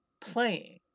playing